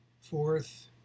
fourth